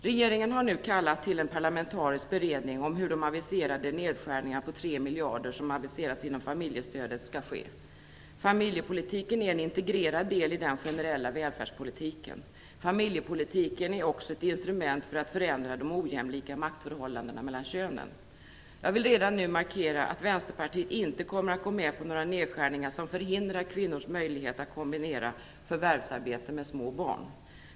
Regeringen har nu kallat till en parlamentarisk beredning om hur de aviserade nedskärningarna på 3 miljarder inom familjestödet skall ske. Familjepolitiken är en integrerad del i den generella välfärdspolitiken. Familjepolitiken är också ett instrument för att förändra de ojämlika maktförhållandena mellan könen. Jag vill redan nu markera att Vänsterpartiet inte kommer att gå med på några nedskärningar som förhindrar kvinnors möjligheter att kombinera förvärvsarbete med vård av barn.